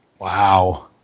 Wow